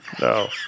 No